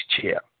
chair